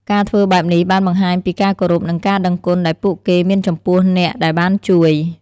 ការធ្វើបែបនេះបានបង្ហាញពីការគោរពនិងការដឹងគុណដែលពួកគេមានចំពោះអ្នកដែលបានជួយ។